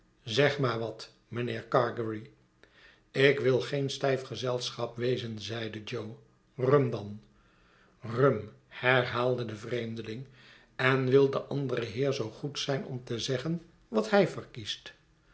zeg maar wat mijnheer gargery ik wil geen styf gezelschap wezen zeide jo rum dan rum herhaalde de vreemdeling en wil de andere heer zoo goed zijn om te zeggen wat hij verkiest